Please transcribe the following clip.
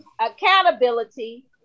Accountability